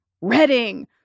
Reading